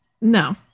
No